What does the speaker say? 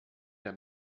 der